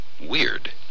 Weird